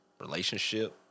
relationship